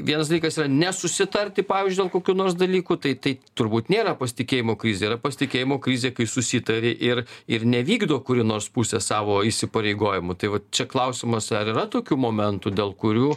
vienas dalykas yra nesusitarti pavyzdžiui dėl kokių nors dalykų tai tai turbūt nėra pasitikėjimo krizė yra pasitikėjimo krizė kai susitari ir ir nevykdo kuri nors pusė savo įsipareigojimų tai va čia klausimas ar yra tokių momentų dėl kurių